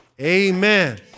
Amen